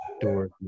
door